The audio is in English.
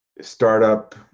startup